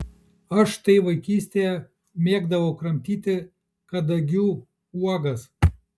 aš štai vaikystėje mėgdavau kramtyti kadagių uogas